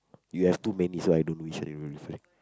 you have too many so I don't know which one to give like